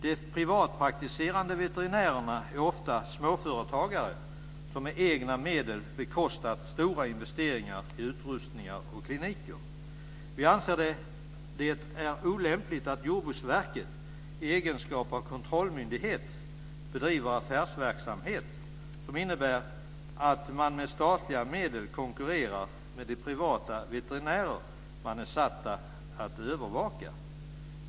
De privatpraktiserande veterinärerna är ofta småföretagare som med egna medel bekostat stora investeringar i utrustningar och kliniker. Vi anser att det är olämpligt att Jordbruksverket i egenskap av kontrollmyndighet bedriver affärsverksamhet som innebär att man med statliga medel konkurrerar med de privata veterinärer man är satt att övervaka.